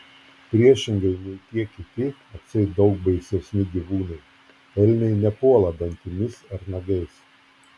priešingai nei tie kiti atseit daug baisesni gyvūnai elniai nepuola dantimis ar nagais